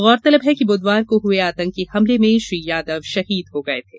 गौरतलब है कि बुधवार को हुए आतंकी हमले में श्री यादव शहीद हो गये थे